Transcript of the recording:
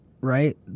Right